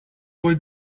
boy